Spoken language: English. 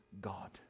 God